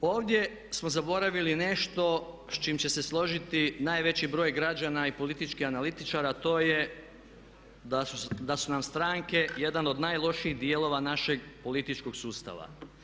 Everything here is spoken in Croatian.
Međutim, ovdje smo zaboravili nešto s čime će se složiti najveći broj građana i političkih analitičara a to je da su nam stranke jedan od najlošijih dijelova našeg političkog sustava.